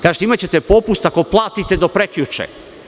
Kažete – imaćete popust ako platite do prekjuče.